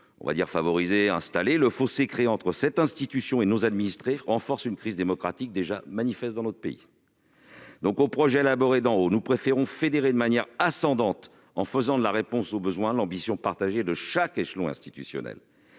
a favorisée et installée, le fossé créé entre cette institution et nos administrés renforce une crise démocratique déjà manifeste dans notre pays. Aux projets élaborés d'en haut, nous préférons fédérer de manière ascendante, en faisant de la réponse aux besoins l'ambition partagée de chaque échelon institutionnel.